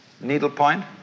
needlepoint